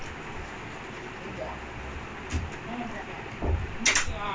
then if he don't fit he will buy new [one] he buy new one it's like he doesn't really care lah it's quite dumb